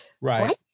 right